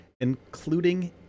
including